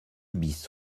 bis